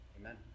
Amen